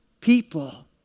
people